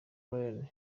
rayane